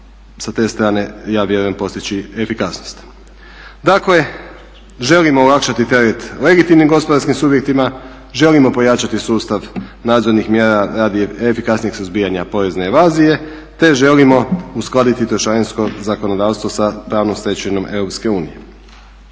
sa te strane, ja vjerujem, postići efikasnost. Dakle želimo olakšati teret legitimnim gospodarskim subjektima, želimo pojačati sustav nadzornih mjera radi efikasnijeg suzbijanja porezne invazije te želimo uskladiti trošarinsko zakonodavstvo sa pravnom stečevinom